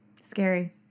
scary